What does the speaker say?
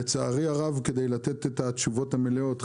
לצערי הרב כדי לתת את התשובות המלאות,